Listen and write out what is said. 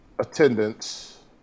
attendance